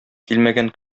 килмәгән